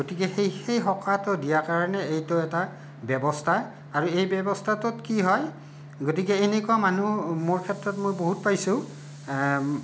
গতিকে সেই সেই সকাহটো দিয়াৰ কাৰণে এইটো এটা ব্যৱস্থা আৰু এই ব্যৱস্থাটোত কি হয় গতিকে এনেকুৱা মানুহ মোৰ ক্ষেত্ৰত মই বহুত পাইছোঁ